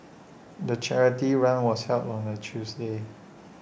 the charity run was held on A Tuesday